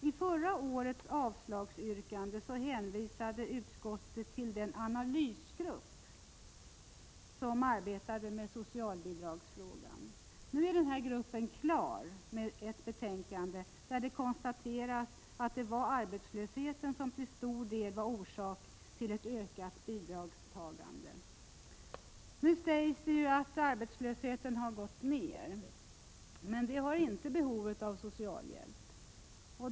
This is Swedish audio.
I förra årets avslagsyrkande hänvisade utskottet till den analysgrupp som 135 arbetade med socialbidragsfrågan. Nu är denna grupp klar med ett betänkande, och i det konstateras att det var arbetslösheten som till stor del orsakade det ökade bidragstagandet. Nu sägs det att arbetslösheten har gått ned. Men det har inte behovet av socialhjälp gjort.